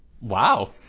Wow